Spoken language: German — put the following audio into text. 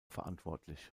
verantwortlich